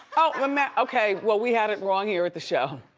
oh okay, well we had it wrong here at the show.